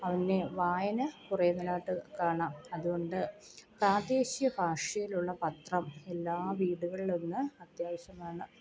അവന്നെ വായന കുറയുന്നതായിട്ട് കാണാം അത്കൊണ്ട് പ്രാദേശിക ഭാഷയിലുള്ള പത്രം എല്ലാ വീടുകളിലും ഇന്ന് അത്യാവശ്യമാണ്